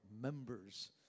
members